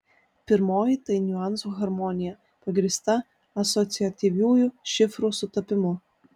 pirmoji tai niuansų harmonija pagrįsta asociatyviųjų šifrų sutapimu